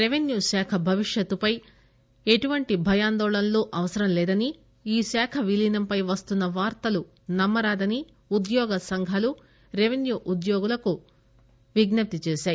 revenue శాఖ భవిష్యత్తుపై ఎటువంటి భయాందోళనలు అవసరంలేదని ఈ శాఖ విలీనంపై వస్తున్న వార్తలను నమ్మరాదని ఉద్యోగ సంఘాలు రెవెన్యూ ఉద్యోగులకు విజ్సప్తి చేశాయి